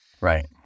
Right